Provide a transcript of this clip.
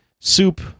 soup